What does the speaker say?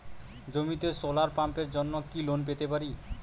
জমিতে সোলার পাম্পের জন্য কি লোন পেতে পারি?